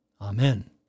Amen